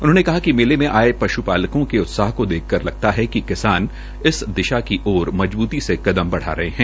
उन्होंने कहा कि मेले में आए पश्पालकों के उत्साह को देखकर लगता है कि किसान इस दिशा की ओर मजबूती से कदम बढ़ा रहे हैं